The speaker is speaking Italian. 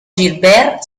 gilbert